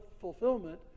fulfillment